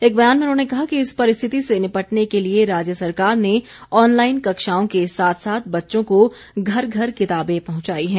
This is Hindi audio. एक बयान में उन्होंने कहा कि इस परिस्थिति से निपटने के लिए राज्य सरकार ने ऑनलाइन कक्षाओं के साथ साथ बच्चों को घर घर किताबें पहुंचाई हैं